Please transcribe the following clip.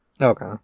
Okay